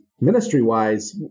ministry-wise